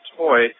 toy